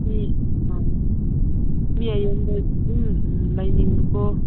ꯃꯤ ꯃꯤ ꯑꯌꯥꯝꯕ ꯑꯗꯨꯝ ꯂꯩꯅꯤꯡꯕꯀꯣ